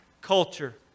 culture